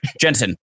Jensen